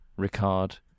Ricard